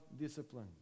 discipline